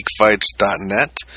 geekfights.net